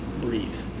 breathe